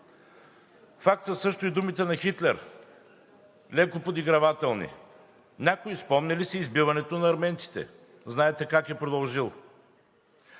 Факт са също и думите на Хитлер, леко подигравателни: „Някой спомня ли си избиването на арменците?“, знаете как е продължил.